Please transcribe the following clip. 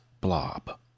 blob